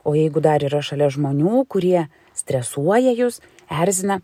o jeigu dar yra šalia žmonių kurie stresuoja jus erzina